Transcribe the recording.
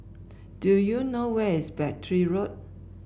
do you know where is Battery Road